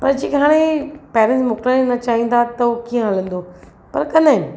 पर जे के हाणे पेरेंट्स मोकिलिणु न चाईंदा त उहो कीअं हलंदो पर कंदा आहिनि